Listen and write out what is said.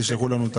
תשלחו לנו,